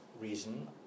reason